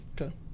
Okay